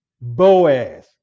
boaz